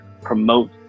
promote